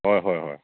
হয় হয় হয়